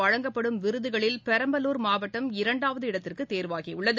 வழங்கப்படும் விருதுகளில் பெரம்பலூர் மாவட்டம் இரண்டாவது நீர் இடத்திற்குதேர்வாகியுள்ளது